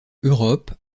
europe